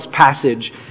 passage